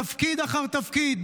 תפקיד אחר תפקיד,